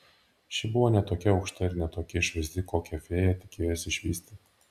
ši buvo ne tokia aukšta ir ne tokia išvaizdi kokią fėja tikėjosi išvysti